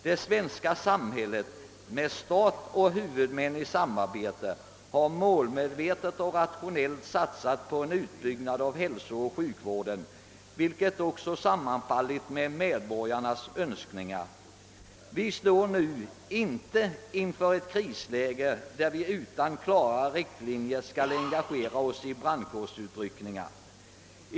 Det svenska samhället, med stat och huvudmän i samarbete, har målmedvetet och rationellt satsat på en utbyggnad av hälsooch sjukvården, vilket också sammanfallit med medborgarnas önskningar. Vi står nu inte inför ett krisläge, där vi utan klara riktlinjer skall engagera oss i brandkårsutryckningar.